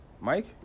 Mike